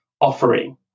offering